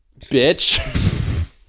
bitch